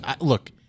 Look